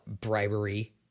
bribery